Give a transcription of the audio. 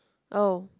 oh